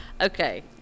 okay